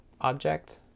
object